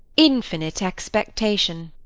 infinite expectation.